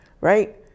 right